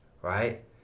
right